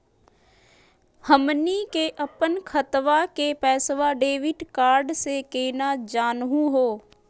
हमनी के अपन खतवा के पैसवा डेबिट कार्ड से केना जानहु हो?